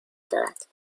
دارد